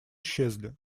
исчезли